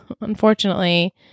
unfortunately